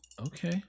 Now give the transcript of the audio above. okay